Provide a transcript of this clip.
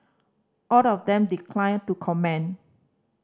all of them declined to comment